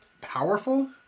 powerful